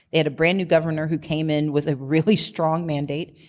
they had a brand new governor who came in with a really strong mandate.